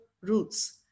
roots